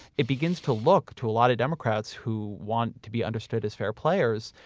it begins to look to a lot of democrats who want to be understood as fair players.